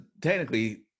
technically